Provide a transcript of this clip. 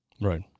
Right